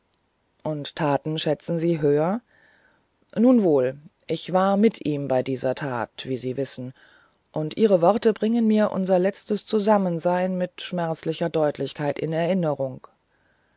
und taten schätzen sie höher nun wohl ich war mit ihm bei dieser tat wie sie wissen und ihre worte bringen mir unser letztes zusammensein mit schmerzlicher deutlichkeit in erinnerung